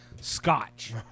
scotch